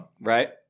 right